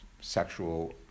sexual